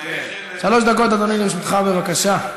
שלוש דקות, אדוני, לרשותך, בבקשה.